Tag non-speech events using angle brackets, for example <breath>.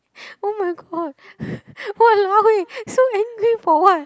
<noise> oh my god <breath> !walao! eh so angry for what